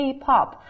K-pop